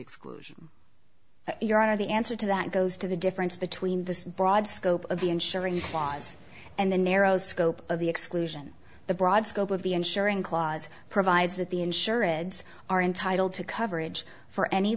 exclusion of your honor the answer to that goes to the difference between the broad scope of the ensuring laws and the narrow scope of the exclusion the broad scope of the insuring clause provides that the insurance are entitled to coverage for any